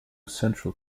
central